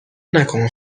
نکن